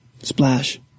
Splash